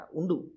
undu